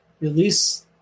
release